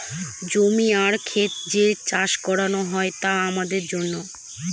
জমি আর খেত যে চাষ করানো হয় তা আমাদের জন্য